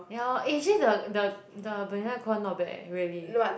ya loh actually the the the banila and co [one] not bad eh really